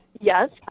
Yes